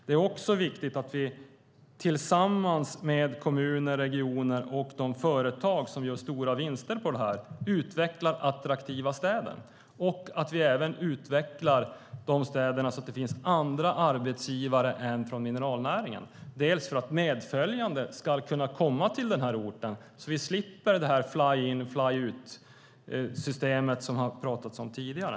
Det är också viktigt att vi tillsammans med kommuner, regioner och de företag som gör stora vinster på detta utvecklar attraktiva städer, liksom att vi utvecklar dem så att det också finns andra arbetsgivare än mineralnäringen. Det är viktigt inte minst för att medföljande ska kunna komma till orten så att vi slipper det fly-in/fly-out-system som det har talats om tidigare.